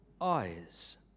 eyes